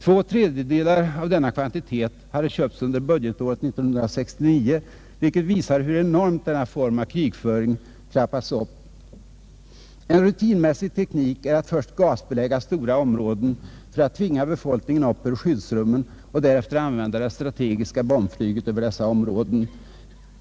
Två tredjedelar av denna kvantitet hade köpts under budgetåret 1969, vilket visar hur enormt denna form av krigföring trappats upp. En rutinmässig teknik är att först gasbelägga stora områden för att tvinga befolkningen upp ur skyddsrummen och därefter använda det strategiska bombflyget över dessa områden.